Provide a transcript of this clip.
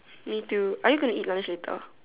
me too are you going to eat lunch later